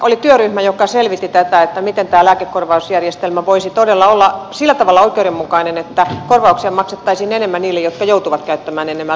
oli työryhmä joka selvitti miten tämä lääkekorvausjärjestelmä voisi todella olla sillä tavalla oikeudenmukainen että korvauksia maksettaisiin enemmän niille jotka joutuvat käyttämään enemmän lääkkeitä